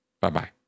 Bye-bye